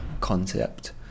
concept